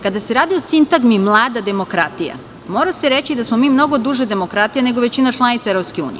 Kada se radi o sintagmi "mlada demokratija", mora se reći da smo mi mnogo duže demokratija nego većina članica EU.